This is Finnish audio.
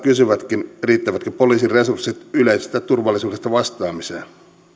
kysyvätkin riittävätkö poliisin resurssit yleisestä turvallisuudesta vastaamiseen